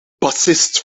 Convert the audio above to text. bassist